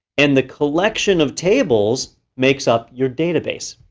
and the collection of tables makes up your database.